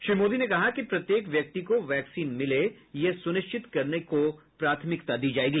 श्री मोदी ने कहा कि प्रत्येक व्यक्ति को वैक्सीन मिले यह सुनिश्चित करने को प्राथमिकता दी जाएगी